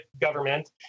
government